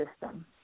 system